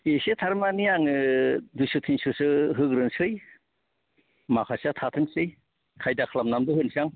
एसे थारमानि आङो दुयस' थिनससो होगोरनोसै माखासेआ थाथोंसै खाइदा खालामनानैबो होनसां